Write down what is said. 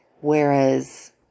whereas